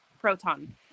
proton